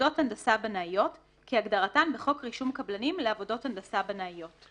"עבודות הנדסה בנאיות" כהגדרתן בחוק רישום קבלנים לעבודות הנדסה בנאיות,